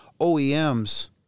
OEMs